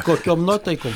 kokiom nuotaikom